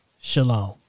Shalom